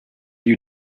you